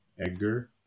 Edgar